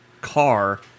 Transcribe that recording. car